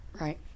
Right